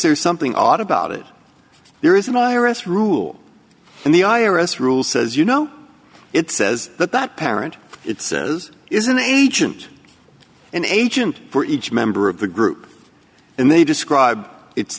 there's something odd about it there is an iris rule and the i r s rule says you know it says that that parent it says is an agent an agent for each member of the group and they describe it's